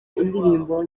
indirimbo